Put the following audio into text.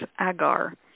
agar